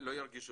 לא ירגישו